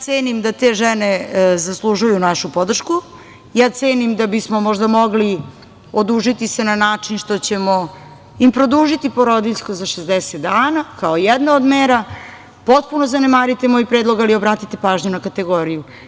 Cenim da te žene zaslužuju našu podršku, ja cenim da bi smo možda mogli odužiti se na način što ćemo im produžiti porodiljsko za 60 dana, kao jedna od mera, potpuno zanemariti moj predlog, ali obratite pažnju na kategoriju.